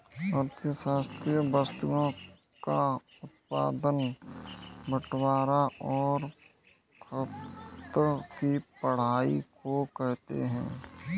अर्थशास्त्र वस्तुओं का उत्पादन बटवारां और खपत की पढ़ाई को कहते हैं